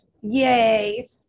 Yay